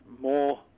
more